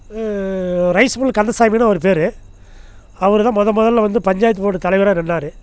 rice mill கந்தசாமினு ஒருத்தர் அவர் தான் மொதல் மொதலில் வந்து பஞ்சாயத்து போர்டு தலைவராக நின்றாரு